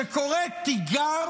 שקורא תיגר